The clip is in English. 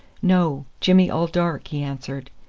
no jimmy all dark, he answered.